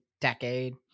decade